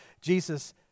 Jesus